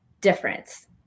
difference